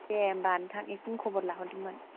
दे होमब्ला नोंथां बेखौनो खबर लाहरदोंमोन